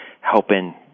helping